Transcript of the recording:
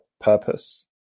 purpose